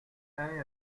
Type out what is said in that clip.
anne